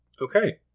Okay